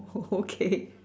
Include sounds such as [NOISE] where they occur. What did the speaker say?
oh okay [LAUGHS]